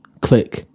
click